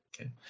Okay